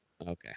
Okay